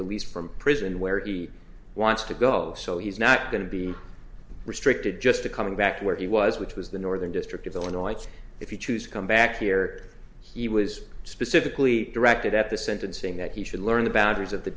released from prison where he wants to go so he's not going to be restricted just to coming back to where he was which was the northern district of illinois if you choose to come back here he was specifically directed at the sentencing that he should learn the boundaries of the